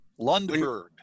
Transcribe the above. Lundberg